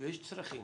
ויש צרכים